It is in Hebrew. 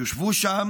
הם יושבו שם